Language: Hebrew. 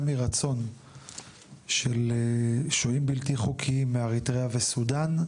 מרצון של שוהים בלתי חוקיים מאריתריאה וסודן,